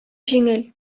җиңел